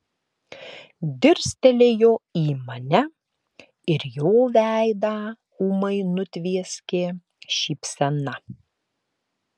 dirstelėjo į mane ir jo veidą ūmai nutvieskė šypsena